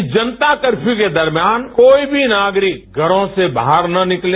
इस जनता कर्फ्यू के दौरान कोई भी नागरिक घरों से बाहर न निकले